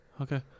okay